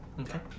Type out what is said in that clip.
Okay